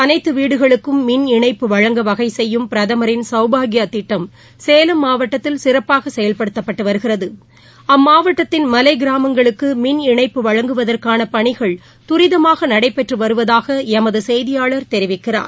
அனைத்து வீடுகளுக்கும் மின் இணைப்பு வழங்க வகை செய்யும் பிரதமின் சௌபாக்கியா திட்டம் சேலம் மாவட்டத்தில் சிறப்பாக செயல்படுத்தப்பட்டு வருகிறது அம்மாவட்டத்தின் மலை கிராமங்களுக்கு மின் இணைப்பு வழங்குவதற்கான பணிகள் துரிதமாக நடைபெற்று வருவதாக எமது செய்தியாளர் தெரிவிக்கிறார்